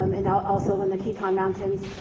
um and they'll also in the teton mountains.